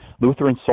Lutheran